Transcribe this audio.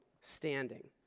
standing